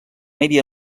medi